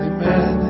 Amen